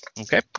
Okay